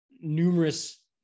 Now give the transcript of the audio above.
numerous